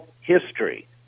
history